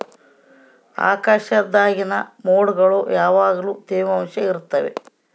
ಆಕಾಶ್ದಾಗಿನ ಮೊಡ್ಗುಳು ಯಾವಗ್ಲು ತ್ಯವಾಂಶ ಇರ್ತವ